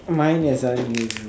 mine is unusual